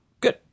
Good